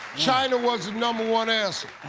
china was the number one answer.